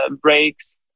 breaks